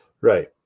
Right